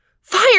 Fire